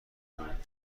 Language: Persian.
بودند